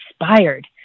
inspired